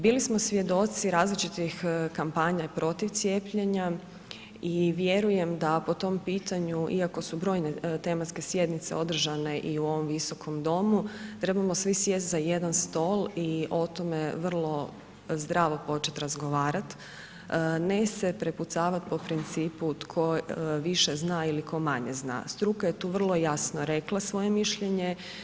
Bili smo svjedoci različitih kampanja protiv cijepljenja i vjerujem da po tom pitanju iako su brojne tematske sjednice održane i u ovom visokom domu, trebamo svi sjest za jedan stol i o tome vrlo zdravo početi razgovarat, ne se prepucavat po principu tko više zna ili tko manje zna, struka je tu vrlo jasno rekla svoje mišljenje.